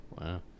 Wow